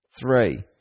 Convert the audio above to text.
Three